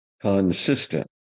consistent